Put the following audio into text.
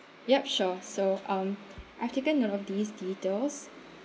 yup sure so um I've taken note of these details